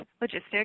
logistics